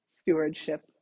stewardship